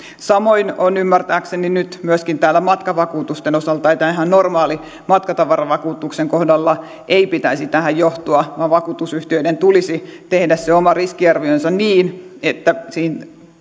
samoin on ymmärtääkseni nyt myöskin matkavakuutusten osalta että ihan normaalin matkatavaravakuutuksen kohdalla ei pitäisi tähän johtua vaan vakuutusyhtiöiden tulisi tehdä se oma riskiarvionsa niin että siinä